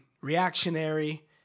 reactionary